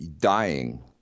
dying